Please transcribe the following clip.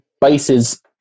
bases